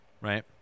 right